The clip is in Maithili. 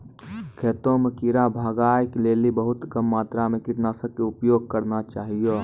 खेतों म कीड़ा भगाय लेली बहुत कम मात्रा मॅ कीटनाशक के उपयोग करना चाहियो